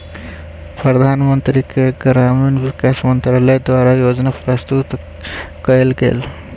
प्रधानमंत्री के ग्रामीण विकास मंत्रालय द्वारा योजना प्रस्तुत कएल गेल